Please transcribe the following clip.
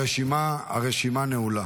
הרשימה נעולה.